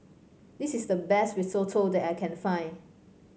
this is the best Risotto that I can find